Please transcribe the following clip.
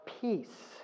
peace